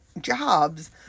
jobs